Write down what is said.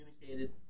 communicated